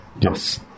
Yes